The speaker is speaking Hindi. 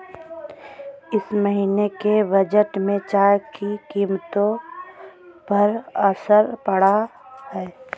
इस महीने के बजट में चाय की कीमतों पर असर पड़ा है